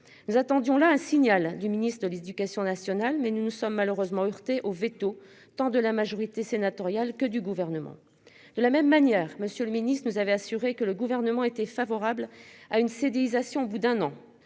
Nous attendions là un signal du ministre de l'Éducation nationale, mais nous ne sommes malheureusement heurté au véto tant de la majorité sénatoriale que du gouvernement. De la même manière. Monsieur le Ministre nous avait assuré que le gouvernement était favorable à une sédimentation au bout d'un an.